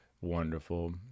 wonderful